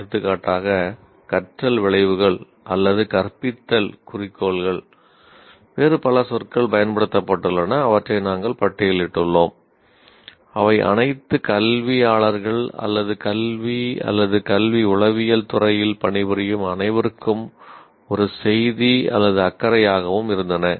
எடுத்துக்காட்டாக கற்றல் விளைவுகள் அல்லது கற்பித்தல் அவை அனைத்து கல்வியாளர்கள் அல்லது கல்வி அல்லது கல்வி உளவியல் துறையில் பணிபுரியும் அனைவருக்கும் ஒரு செய்தி அல்லது அக்கறை யாகவும் இருந்தன